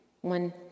One